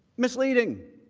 misleading.